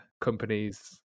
companies